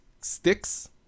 sticks